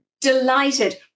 Delighted